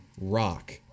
rock